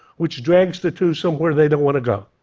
which drags the two somewhere they don't want to go.